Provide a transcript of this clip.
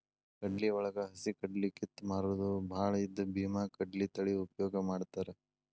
ಕಡ್ಲಿವಳಗ ಹಸಿಕಡ್ಲಿ ಕಿತ್ತ ಮಾರುದು ಬಾಳ ಇದ್ದ ಬೇಮಾಕಡ್ಲಿ ತಳಿ ಉಪಯೋಗ ಮಾಡತಾತ